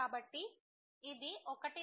కాబట్టి ఇది 1 మరియు ఇది f కు సమానం